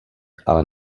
ale